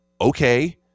Okay